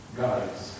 guys